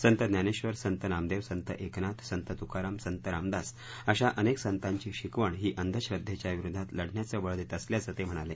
संत ज्ञानेक्षर संत नामदेव संत एकनाथ संत तुकाराम संत रामदास अशा अनेक संतांची शिकवण ही अंधश्रद्देच्या विरोधात लढण्याचं बळं देत असल्याचं ते म्हणाले